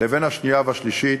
לבין השנייה והשלישית,